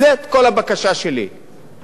לא ביקשתי שום דבר מעבר לזה.